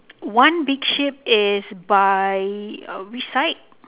one big sheep is by which side